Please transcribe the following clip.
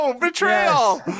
betrayal